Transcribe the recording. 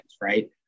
right